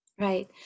right